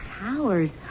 Towers